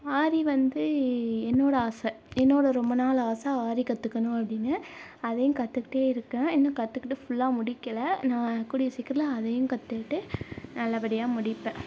ஆரி வந்து என்னோடய ஆசை என்னோடய ரொம்ப நாள் ஆசை ஆரி கற்றுக்கணும் அப்படினு அதையும் கற்றுக்கிட்டே இருக்கேன் இன்னும் கற்றுக்கிட்டு ஃபுல்லாக முடிக்கலை நான் கூடிய சீக்கிரத்தில் அதையும் கற்றுக்கிட்டு நல்லப்படியாக முடிப்பேன்